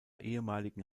ehemaligen